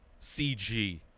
cg